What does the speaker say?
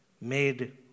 made